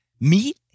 Meat